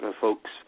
folks